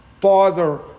father